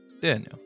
Daniel